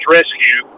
Rescue